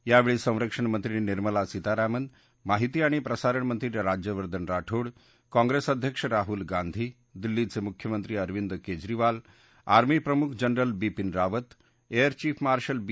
यावेळी संरक्षणमंत्री निर्मला सितारामन माहिती आणि प्रसारणमंत्री राज्यवर्धन राठोड काँग्रेस अध्यक्ष राहूल गांधी दिल्लीचे मुख्यमंत्री अरविंद केजरीवाल आर्मी प्रमुख general Bipin Rawat air chief marshal बी